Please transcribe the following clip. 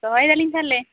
ᱫᱚᱦᱚᱭ ᱫᱟᱹᱞᱤᱧ ᱛᱟᱦᱚᱞᱮ